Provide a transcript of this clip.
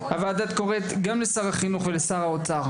הוועדה קוראת לשר החינוך ולשר האוצר,